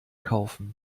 kaufen